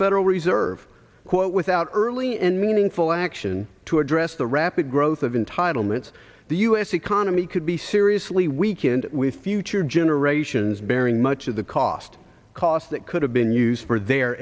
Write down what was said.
federal reserve quote without early and meaningful action to address the rapid growth of entitlements the u s economy could be seriously weekend with future generations bearing much of the cost cost that could have been used for their